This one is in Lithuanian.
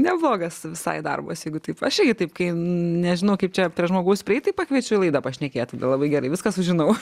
neblogas visai darbas jeigu taip aš irgi taip kai nežinau kaip čia prie žmogaus prieit tai pakviečiu į laidą pašnekėt tada labai gerai viską sužinau